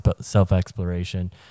self-exploration